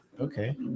Okay